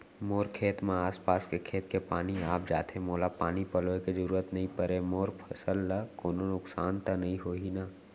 मोर खेत म आसपास के खेत के पानी आप जाथे, मोला पानी पलोय के जरूरत नई परे, मोर फसल ल कोनो नुकसान त नई होही न?